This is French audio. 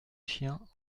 chien